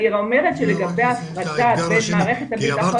אני אומרת שלגבי ההפרדה בין מערכת הבטחון